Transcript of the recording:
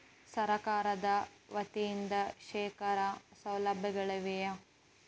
ಸರಕಾರದ ವತಿಯಿಂದ ಶೇಖರಣ ಸೌಲಭ್ಯಗಳಿವೆಯೇ?